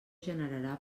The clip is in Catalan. generarà